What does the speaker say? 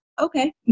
Okay